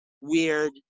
weird